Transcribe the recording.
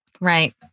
Right